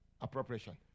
appropriation